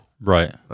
Right